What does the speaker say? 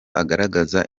agaragaza